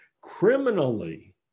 criminally